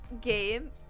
game